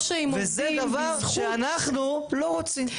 וזה דבר שאנחנו לא רוצים.